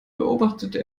beobachtete